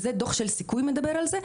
וזה דוח של סיכוי מדבר על זה,